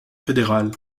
fédéral